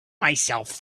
myself